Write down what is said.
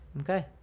Okay